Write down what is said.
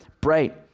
bright